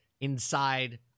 inside